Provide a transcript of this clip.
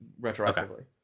retroactively